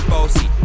Bossy